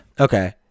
Okay